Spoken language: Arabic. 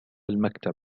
المكتب